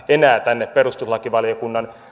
enää tänne tulisi perustuslakivaliokunnan